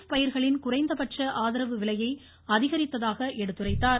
ப் பயிர்களின் குறைந்தபட்ச ஆதரவு விலையை அதிகரித்ததாக எடுத்துரைத்தார்